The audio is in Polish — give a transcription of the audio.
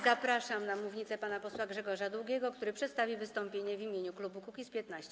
Zapraszam na mównicę pana posła Grzegorza Długiego, który przedstawi wystąpienie w imieniu klubu Kukiz’15.